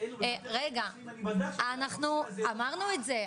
אנחנו אמרנו את זה,